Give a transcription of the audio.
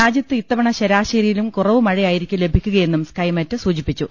രാജ്യത്ത് ഇത്തവണ ശരാശരിയിലും കുറവു മഴയായിരിക്കും ലഭി ക്കുകയെന്നും സ്ക്കൈമെറ്റ് സൂചിപ്പിച്ചു